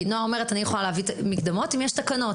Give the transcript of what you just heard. נועה אומרת שהיא יכולה להביא מקדמות אם יש תקנות.